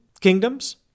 kingdoms